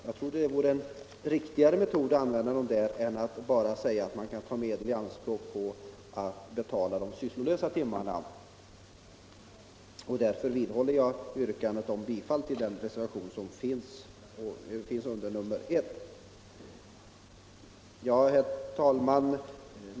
Jag tror det vore en riktigare metod att använda pengarna där än att bara säga att man kan ta medel i anspråk för att betala de sysslolösa timmarna. Därför vidhåller jag yrkandet om bifall till reservationen 1. Herr talman!